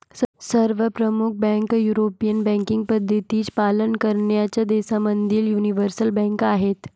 सर्व प्रमुख बँका युरोपियन बँकिंग पद्धतींचे पालन करणाऱ्या देशांमधील यूनिवर्सल बँका आहेत